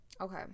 Okay